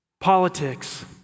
Politics